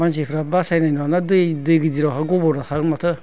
मानसिफोरा बासायनाय नङाना दै गिदिरावहा गब्र'बा माथो